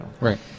Right